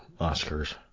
Oscars